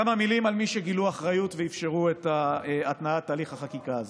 כמה מילים על מי שגילו אחריות ואפשרו את התנעת הליך החקיקה הזה: